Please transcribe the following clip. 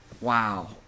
Wow